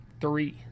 three